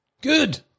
Good